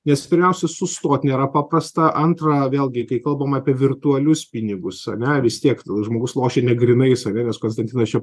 nes pirmiausia sustot nėra paprasta antra vėlgi kai kalbam apie virtualius pinigus ane vistiek žmogus lošia negrynais ane nes konstantinas čia